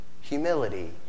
humility